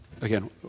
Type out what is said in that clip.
Again